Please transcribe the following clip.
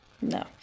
No